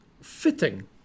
fitting